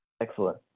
Excellent